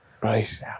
Right